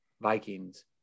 Vikings